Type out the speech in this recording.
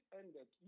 ended